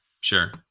Sure